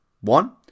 one